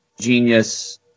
genius